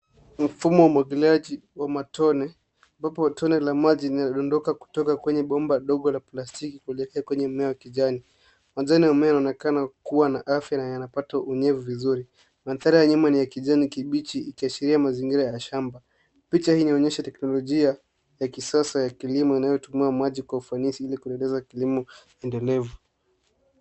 Mfumo wa umwagiliaji wa matone, ambapo tone la maji linadondoka kutoka kwenye bomba dogo la plastiki kwenye mmea wa kijani. Majani ya mmea yanaonekana kuwa na afya na yanapata unyevu vizuri. Mandhari ya nyuma ni ya kijani kibichi, ikiashiria mazingira ya shamba. Picha hii inaonyesha teknolojia ya kisasa ya kilimo, inayotumia maji kwa ufanisi ili kuonyesha kilimo endelevu